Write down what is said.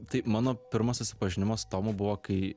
tai mano pirmas susipažinimas su tomu buvo kai